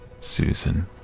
Susan